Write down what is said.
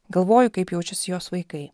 galvoju kaip jaučiasi jos vaikai